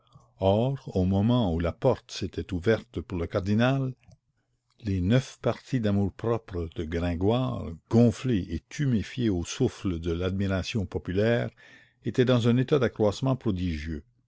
au moment où la porte s'était ouverte pour le cardinal les neuf parties d'amour-propre de gringoire gonflées et tuméfiées au souffle de l'admiration populaire étaient dans un état d'accroissement prodigieux